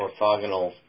orthogonal